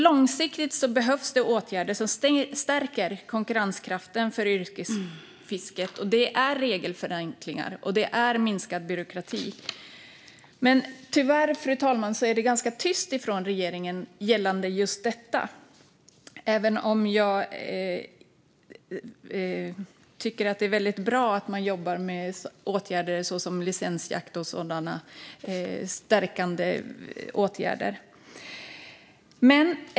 Långsiktigt behövs det åtgärder som stärker konkurrenskraften för yrkesfisket, och det innebär regelförenklingar och minskad byråkrati. Tyvärr är det dock ganska tyst från regeringen gällande just detta, fru talman - även om jag tycker att det är väldigt bra att man jobbar med licensjakt och andra stärkande åtgärder.